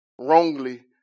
wrongly